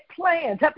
plans